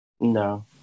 No